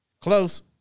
Close